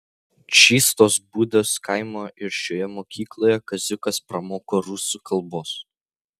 čystos būdos kaimo ir šioje mokykloje kaziukas pramoko rusų kalbos